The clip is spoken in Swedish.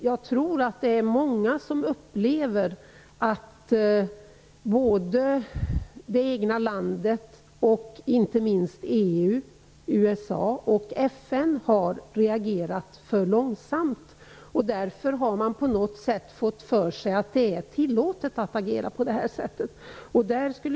Jag tror att många upplever att det egna landet och inte minst EU, USA och FN har reagerat för långsamt. Därför har man på något sätt fått för sig att det är tillåtet att agera på det här sättet.